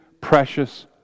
precious